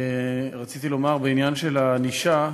ורציתי לומר בעניין הענישה,